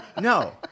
No